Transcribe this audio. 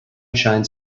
shines